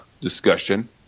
discussion